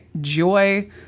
Joy